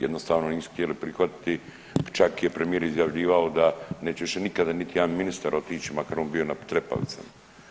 Jednostavno nisu htjeli prihvatiti čak je premijer izjavljivao da neće više nikada niti jedan ministar otići makar on bio na trepavicama.